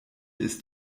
ist